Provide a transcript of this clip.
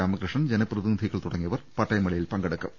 രാമകൃഷ്ണൻ ജനപ്രതിനിധികൾ തുടങ്ങിയവർ പട്ടയ മേളയിൽ പങ്കെടുക്കും